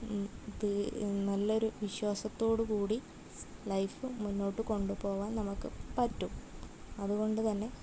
നല്ലൊരു വിശ്വാസത്തോടു കൂടി ലൈഫ് മുന്നോട്ട് കൊണ്ടുപോവാൻ നമുക്ക് പറ്റും അതുകൊണ്ടുതന്നെ